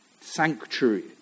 sanctuary